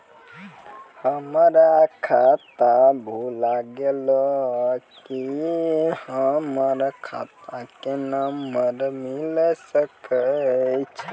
हमर खाता भुला गेलै, की हमर खाता नंबर मिले सकय छै?